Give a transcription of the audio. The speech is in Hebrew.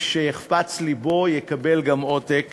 מי שיחפץ לבו, יקבל ממני גם עותק